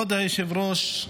כבוד היושב-ראש,